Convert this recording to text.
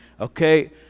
okay